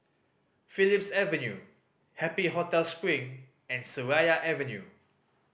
Phillips Avenue Happy Hotel Spring and Seraya Avenue